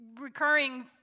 recurring